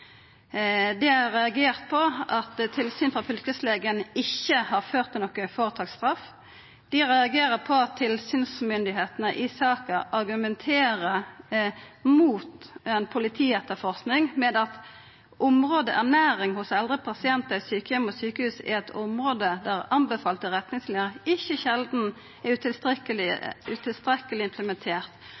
det norske helsevesenet. Dei har reagert på at tilsyn frå fylkeslegen ikkje har ført til noka føretaksstraff. Dei reagerer på at tilsynsmyndigheitene i saka argumenter mot politietterforsking med at området ernæring hos eldre pasientar i sjukeheimar og sjukehus er eit område der anbefalte retningslinjer ikkje sjeldan er utilstrekkeleg